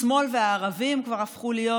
השמאל והערבים הפכו להיות,